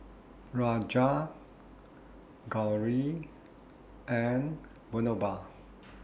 Raja Gauri and Vinoba